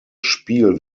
spiel